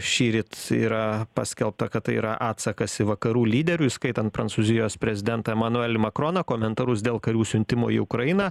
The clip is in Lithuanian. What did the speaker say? šįryt yra paskelbta kad tai yra atsakas į vakarų lyderių įskaitant prancūzijos prezidentą emanuelį makroną komentarus dėl karių siuntimo į ukrainą